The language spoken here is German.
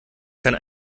kann